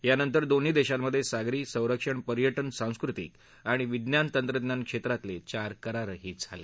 यानंतर दोन्ही देशांमध्ये सागरी संरक्षण पर्यटन सांस्कृतिक आणि विज्ञान तंत्रज्ञान क्षेत्रातले चार करारही झाले